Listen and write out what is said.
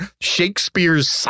Shakespeare's